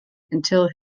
until